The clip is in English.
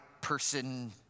person